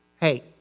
hey